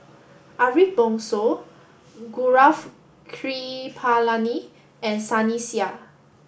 Ariff Bongso Gaurav Kripalani and Sunny Sia